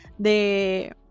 de